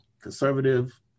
conservative